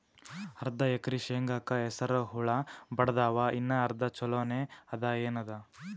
ಅರ್ಧ ಎಕರಿ ಶೇಂಗಾಕ ಹಸರ ಹುಳ ಬಡದಾವ, ಇನ್ನಾ ಅರ್ಧ ಛೊಲೋನೆ ಅದ, ಏನದು?